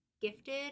gifted